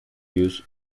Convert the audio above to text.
use